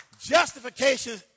justification